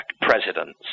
presidents